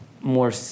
more